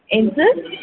ಏನು ಸರ್